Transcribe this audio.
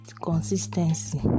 consistency